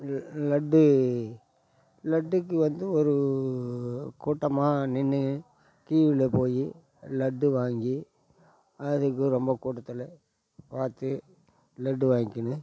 இது லட்டு லட்டுக்கு வந்து ஒரு கூட்டமாக நின்று கியூவில் போய் லட்டு வாங்கி அதுக்கு ரொம்ப கூட்டத்தில் பார்த்து லட்டு வாங்கிக்கின்னு